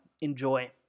enjoy